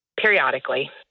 periodically